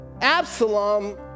Absalom